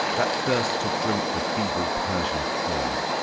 that thirst to drink the feeble persians' blood.